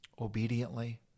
obediently